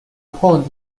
پوند